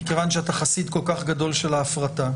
מכיוון שאתה חסיד כל כך גדול של ההפרטה,